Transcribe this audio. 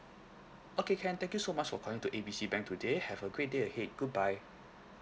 okay can thank you so much for calling to A B C bank today have a great day ahead goodbye